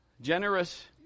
generous